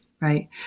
right